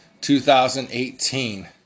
2018